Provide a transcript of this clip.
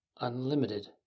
unlimited